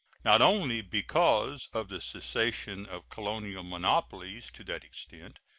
not only because of the cessation of colonial monopolies to that extent,